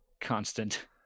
constant